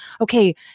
okay